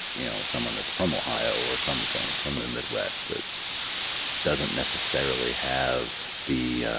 you know, someone that's from ohio or some from from the midwest that doesn't necessarily have the